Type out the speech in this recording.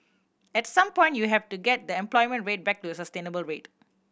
at some point you have to get the unemployment rate back to the sustainable rate